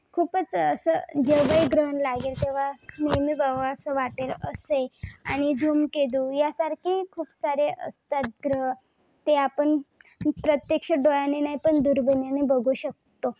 खूपच असं जेव्हाही ग्रहण लागेल तेव्हा नेहमी बघावं असं वाटेल असं आहे आणि धूमकेतू यासारखेही खूप सारे असतात ग्रह ते आपण प्रत्यक्ष डोळ्यांनी नाही पण दुर्बिणीने बघू शकतो